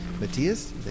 matthias